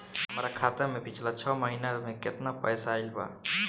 हमरा खाता मे पिछला छह महीना मे केतना पैसा आईल बा?